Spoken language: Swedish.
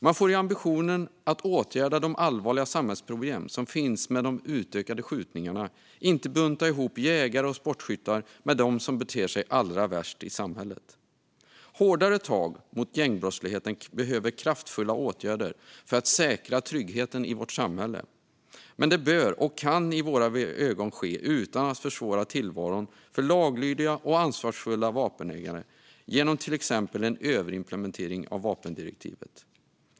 Man får i ambitionen att åtgärda de allvarliga samhällsproblem som finns med de utökade skjutningarna inte bunta ihop jägare och sportskyttar med dem som beter sig allra värst i samhället. Hårdare tag mot gängbrottsligheten kräver kraftfulla åtgärder för att vi ska säkra tryggheten i samhället. Men det bör och kan i våra ögon ske utan att man försvårar tillvaron för laglydiga och ansvarsfulla vapenägare genom till exempel en överimplementering av vapendirektivet.